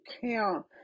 count